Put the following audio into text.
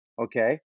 okay